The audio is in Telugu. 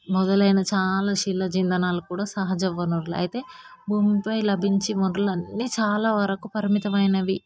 మొదలైన చాలా శిలాజ ఇంధనాలు కూడా సహజ వనరులు అయితే భూమిపై లభించే వనరులన్నీ చాలా వరకు పరిమితమైనవి